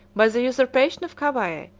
by the usurpation of cavae,